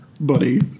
buddy